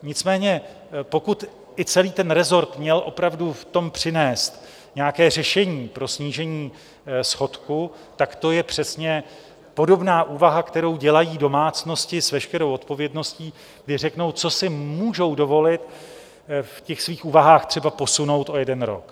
Nicméně pokud i celý ten resort měl opravdu v tom přinést nějaké řešení pro snížení schodku, tak to je přesně podobná úvaha, kterou dělají domácnosti s veškerou odpovědností, když řeknou, co si můžou dovolit ve svých úvahách třeba posunout o jeden rok.